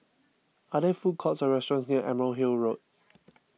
are there food courts or restaurants near Emerald Hill Road